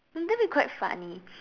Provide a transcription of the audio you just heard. that would be quite funny